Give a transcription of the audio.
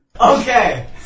Okay